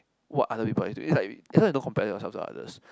what other people are doing like that's why you don't compare yourself to others